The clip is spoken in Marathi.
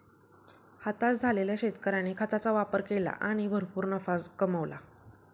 हताश झालेल्या शेतकऱ्याने खताचा वापर केला आणि भरपूर नफा कमावला